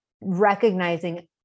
recognizing